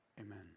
Amen